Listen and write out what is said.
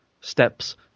steps